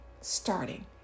starting